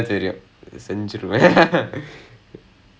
ah ya is the is for the direction ya